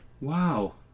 Wow